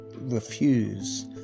refuse